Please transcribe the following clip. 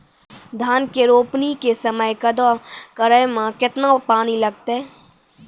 धान के रोपणी के समय कदौ करै मे केतना पानी लागतै?